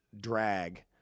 drag